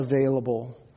available